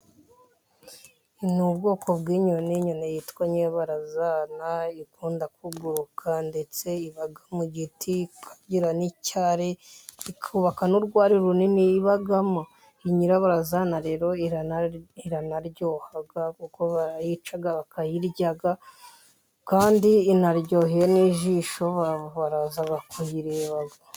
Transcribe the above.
Ni ubwoko bw'inyoni, inyoni yitwa nyirabarazana, ikunda kuguruka, ndetse iba mu giti, ikagira n'icyari, ikubaka n'urwari runini ibamo, iyi nyirabarazana rero iranaryoha kuko barayica bakayirya, kandi inaryoheye n'ijisho abantu baraza bakayireba...